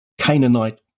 Canaanite